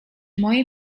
mojej